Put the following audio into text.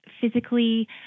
physically